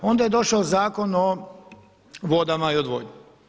Onda je došao Zakon o vodama i odvodnji.